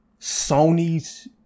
Sony's